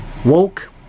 Woke